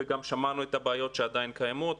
וגם שמענו את הבעיות שעדיין קיימות.